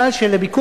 טוען שהחוק